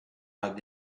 hugged